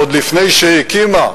ועוד לפני שהוקמה,